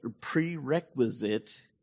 prerequisite